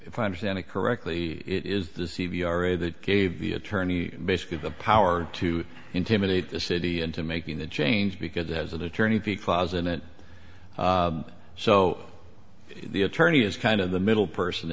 if i understand it correctly it is the c v r a that gave the attorney basically the power to intimidate the city into making the change because as an attorney because in it so the attorney is kind of the middle person